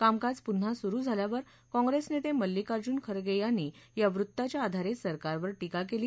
कामकाज पुन्हा सुरू झाल्यावर काँग्रेस नेते मल्लिकार्जुन खरगे यांनी या वृत्ताच्या आधारे सरकारवर टीका केली